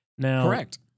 Correct